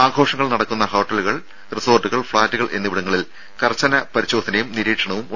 ആഘോഷങ്ങൾ നടക്കുന്ന ഹോട്ടലുകൾ റിസോർട്ടുകൾ ഫ്ളാറ്റുകൾ എന്നിവിടങ്ങളിൽ കർശന പരിശോധനയും നിരീക്ഷണവും ഉണ്ടായിരിക്കും